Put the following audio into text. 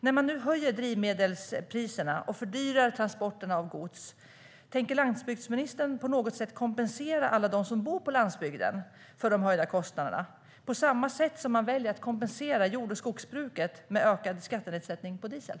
När man nu höjer drivmedelspriserna och fördyrar transporterna av gods, tänker landsbygdsministern på något sätt kompensera alla som bor på landsbygden för de höjda kostnaderna på samma sätt som man väljer att kompensera jord och skogsbruket med ökad skattenedsättning på diesel?